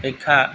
শিক্ষা